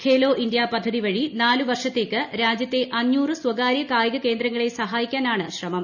Khelo India പദ്ധതിവഴി നാലുവർഷത്തേക്ക് രാജ്യത്തെ അഞ്ഞൂറ് സ്വകാര്യ കായിക കേന്ദ്രങ്ങളെ സഹായിക്കാനാണ് ശ്രമം